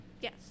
Yes